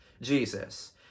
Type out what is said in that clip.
Jesus